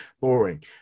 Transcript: boring